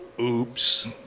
Oops